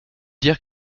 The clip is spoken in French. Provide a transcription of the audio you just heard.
dire